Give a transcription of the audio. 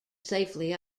safely